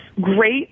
Great